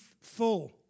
full